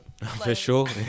official